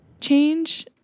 change